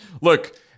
look